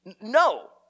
No